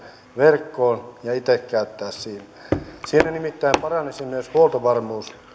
verkkoon ja itse käyttää siinä näissä teollisuuslaitoksissa nimittäin paranisi myös huoltovarmuus